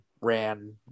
ran